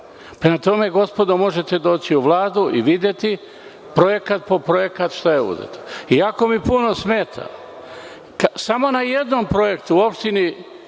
Prema tome, gospodo možete doći u Vladu i videti projekat po projekat šta je uzeto. Samo na jednom projektu u opštini